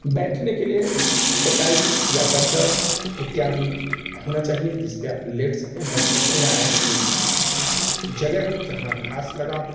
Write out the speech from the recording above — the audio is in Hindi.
बैठने के लिए चटाई या चद्दर इत्यादि होना चाहिए जिस पर आप लेट सकें बैठ सकें या ऐसी ही जगह हो जहाँ घास लगा हो